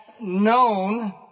known